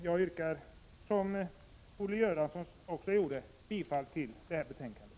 Jag yrkar därför i likhet med Olle Göransson bifall till utskottets hemställan.